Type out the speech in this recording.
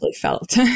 felt